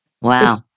Wow